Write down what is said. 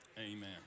amen